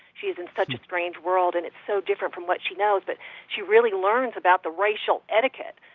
she's in such a strange world, and it's so different from what she knows but she really learns about the racial etiquette,